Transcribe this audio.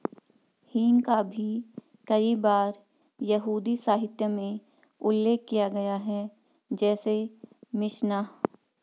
हींग का भी कई बार यहूदी साहित्य में उल्लेख किया गया है, जैसे मिशनाह